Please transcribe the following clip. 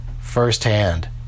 firsthand